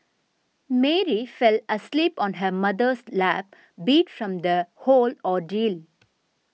Mary fell asleep on her mother's lap beat from the whole ordeal